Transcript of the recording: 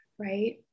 right